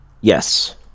Yes